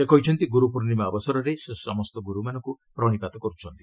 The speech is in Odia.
ସେ କହିଛନ୍ତି ଗୁରୁପୂର୍ଣ୍ଣିମା ଅବସରରେ ସେ ସମସ୍ତ ଗୁରୁମାନଙ୍କୁ ପ୍ରଣୀପାତ କରୁଛନ୍ତି